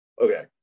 okay